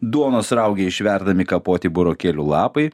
duonos rauge išverdami kapoti burokėlių lapai